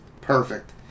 perfect